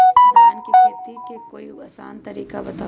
धान के खेती के कोई आसान तरिका बताउ?